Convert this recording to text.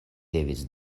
devis